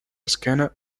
esquena